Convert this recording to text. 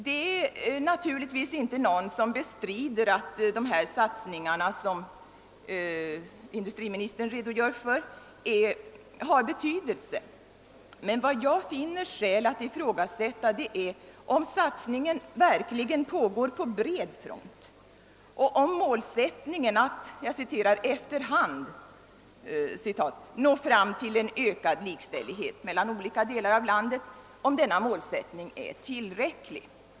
Det finns naturligtvis ingen som bestrider att de satsningar som industriministern redogör för har betydelse, men jag finner skäl att ifrågasätta om satsningen verkligen pågår på bred front och om målsättningen att »efter hand» nå fram till ökad likställighet mellan olika delar av landet är tillräcklig.